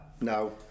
No